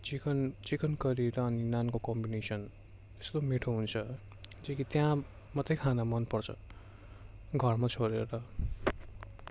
chicken chicken curry र अनि नानको कम्बिनेसन यस्तो मिठो हुन्छ जो कि त्यहाँ मात्रै खान मनपर्छ घरमा छोडेर